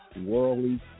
worldly